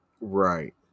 Right